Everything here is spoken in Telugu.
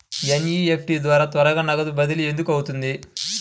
ఎన్.ఈ.ఎఫ్.టీ ద్వారా త్వరగా నగదు బదిలీ ఎందుకు అవుతుంది?